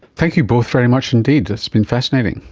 thank you both very much indeed, it's been fascinating.